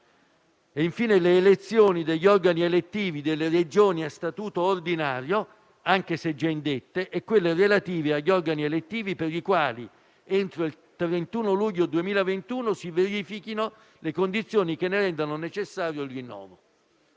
infine, le elezioni degli organi elettivi delle Regioni a Statuto ordinario, anche se già indette, e quelle relative agli organi elettivi per i quali, entro il 31 luglio 2021, si verifichino le condizioni che ne rendono necessario il rinnovo.